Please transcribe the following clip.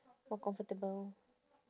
more comfortable